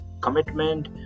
commitment